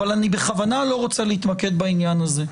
אבל אני בכוונה לא רוצה להתמקד בעניין הזה.